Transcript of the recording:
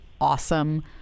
awesome